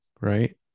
right